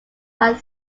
are